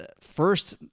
first